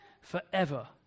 forever